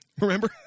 remember